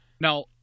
Now